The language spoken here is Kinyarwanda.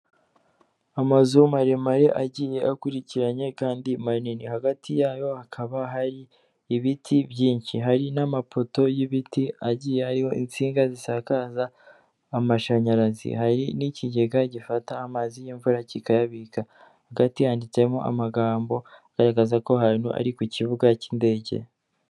Amazu maremare agiye akurikiranye kandi manini hagati yayo hakaba hari ibiti byinshi, hari n'amapoto y'ibiti agiye ariho insinga zisakaza amashanyarazi, hari n'ikigega gifata amazi y'imvura kikayabika, hagati handitsemo amagambo agaragaza ko ahantu ari ku kibuga k'indege.